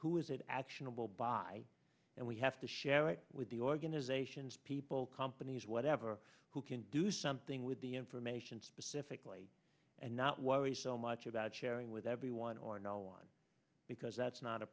who is it actionable by and we have to share it with the organizations people companies whatever who can do something with the information specifically and not worry so much about sharing with everyone or no one because that's not a